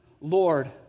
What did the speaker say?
Lord